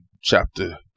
Chapter